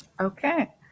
Okay